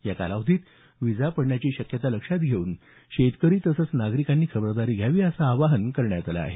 या कालावधीत विजा पडण्याची शक्यता लक्षात घेऊन शेतकरी तसंच नागरिक यांनी खबरदारी घ्यावी असं आवाहन करण्यात आलं आहे